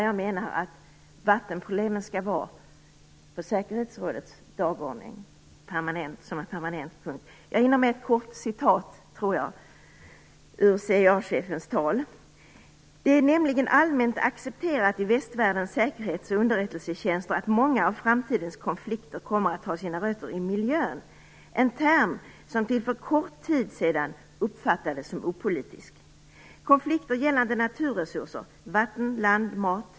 Jag menar att vattenproblemen skall vara med på säkerhetsrådets dagordning som en permanent punkt. Jag tror att jag hinner med ett kort utdrag ur CIA Det är allmänt accepterat i västvärldens säkerhetsoch underrättelsetjänst att många av framtidens konflikter kommer att ha sina rötter i miljön, en term som till för kort tid sedan uppfattades som opolitisk.